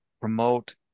promote